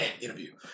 interview